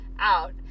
out